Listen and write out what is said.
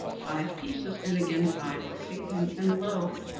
five pieces and again five were paid him, and lo!